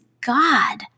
God